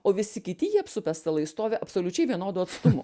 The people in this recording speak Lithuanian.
o visi kiti jį apsupę stalai stovi absoliučiai vienodu atstumu